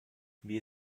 wir